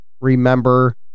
remember